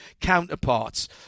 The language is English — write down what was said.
counterparts